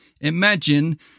imagine